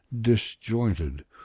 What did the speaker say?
disjointed